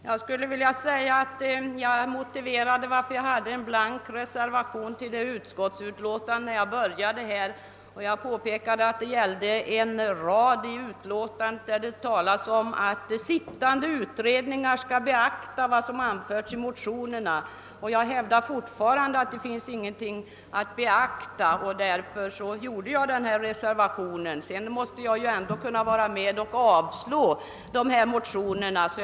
Herr talman! Beträffande min reservation till utskottsutlåtandet har jag tidigare påpekat att den berodde på en rad i utlåtandet, där det talas om att sittande utredningar skall beakta vad som anförts i motionerna. Jag hävdade — och jag gör det fortfarande — att det inte fanns någonting att beakta i motionerna och därför avgav jag min reservation för att ha möjlighet att vara med om att avslå dessa motioner.